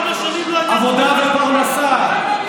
עבודה ופרנסה.